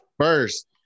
first